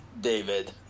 David